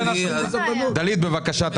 דלית, המשיכי בבקשה.